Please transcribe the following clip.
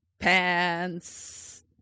pants